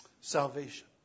Salvation